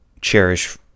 cherish